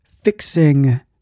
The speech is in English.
fixing